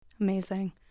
Amazing